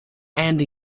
and